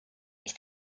ist